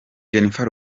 jennifer